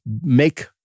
make